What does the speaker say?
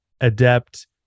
adept